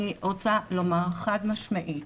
אני רוצה לומר חד משמעית